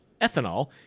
ethanol